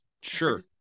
Sure